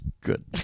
Good